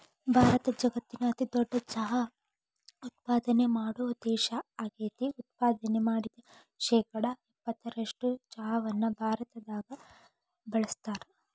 ಭಾರತ ಜಗತ್ತಿನ ಅತಿದೊಡ್ಡ ಚಹಾ ಉತ್ಪಾದನೆ ಮಾಡೋ ದೇಶ ಆಗೇತಿ, ಉತ್ಪಾದನೆ ಮಾಡಿದ ಶೇಕಡಾ ಎಪ್ಪತ್ತರಷ್ಟು ಚಹಾವನ್ನ ಭಾರತದಾಗ ಬಳಸ್ತಾರ